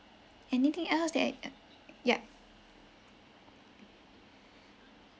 anything else that uh yeah